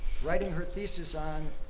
writing her thesis on,